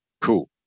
cool